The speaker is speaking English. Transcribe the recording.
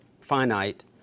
finite